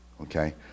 Okay